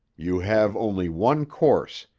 you have only one course,